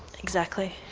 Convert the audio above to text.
exactly.